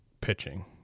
pitching